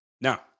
Now